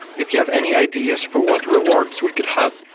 if you have any ideas for what rewards we could have,